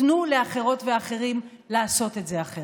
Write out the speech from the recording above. תנו לאחרות ואחרים לעשות את זה אחרת.